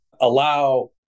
allow